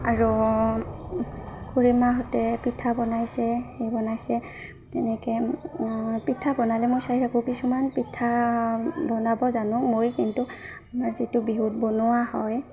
আৰু খুৰীমাহঁতে পিঠা বনাইছে সেই বনাইছে তেনেকৈ পিঠা বনালে মই চাই থাকোঁ কিছুমান পিঠা বনাব জানো মই কিন্তু আমাৰ যিটো বিহুত বনোৱা হয়